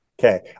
okay